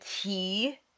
tea